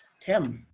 tim.